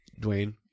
dwayne